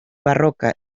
barroca